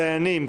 דיינים,